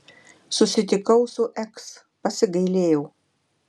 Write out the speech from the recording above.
susitikau su eks pasigailėjau